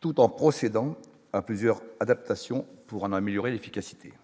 tout en procédant à plusieurs adaptations pour en améliorer l'efficacité.